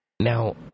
Now